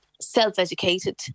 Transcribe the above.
self-educated